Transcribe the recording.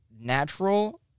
natural